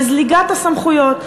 היא בזליגת הסמכויות.